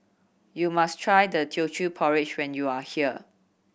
you must try Teochew Porridge when you are here